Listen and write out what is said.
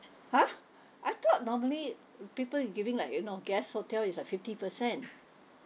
!huh! I thought normally people giving like you know guest hotel is like fifty percent